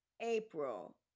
April